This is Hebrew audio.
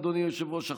אדוני היושב-ראש,